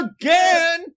Again